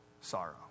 sorrow